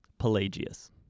Pelagius